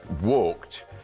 walked